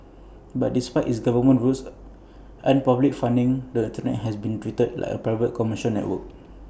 but despite its government roots and public funding the Internet has been treated like A private commercial network